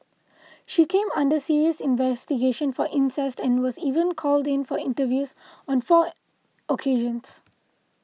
she came under serious investigation for incest and was even called in for interviews on four occasions